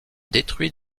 détruit